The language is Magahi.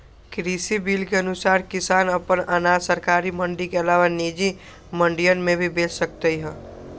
कृषि बिल के अनुसार किसान अपन अनाज सरकारी मंडी के अलावा निजी मंडियन में भी बेच सकतय